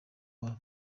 wabo